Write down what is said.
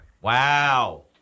Wow